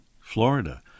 Florida